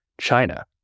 China